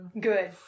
Good